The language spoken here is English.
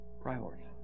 priority